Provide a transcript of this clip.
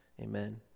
Amen